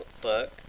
book